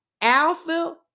alpha